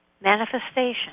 manifestation